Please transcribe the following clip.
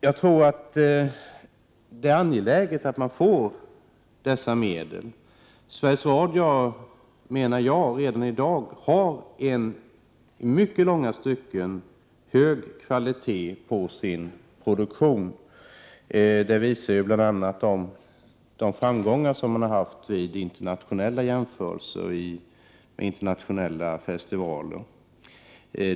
Jag tror att det är angeläget att koncernen får dessa medel. Enligt min mening har Sveriges Radio redan i dag i långa stycken en mycket hög kvalitet på produktionen. Detta visar bl.a. framgångarna vid internationella jämförelser, t.ex. vid internationella festivaler.